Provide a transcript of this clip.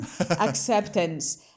Acceptance